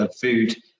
food